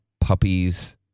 puppies